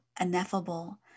ineffable